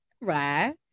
right